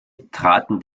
traten